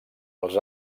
els